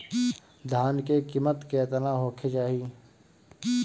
धान के किमत केतना होखे चाही?